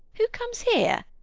who comes here?